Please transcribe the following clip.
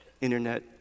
internet